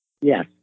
Yes